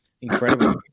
Incredible